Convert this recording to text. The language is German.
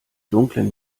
dunklen